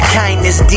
kindness